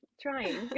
trying